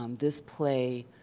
um this play,